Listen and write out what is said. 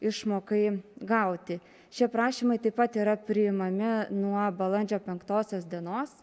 išmokai gauti šie prašymai taip pat yra priimami nuo balandžio penktosios dienos